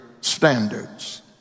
standards